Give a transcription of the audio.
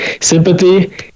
sympathy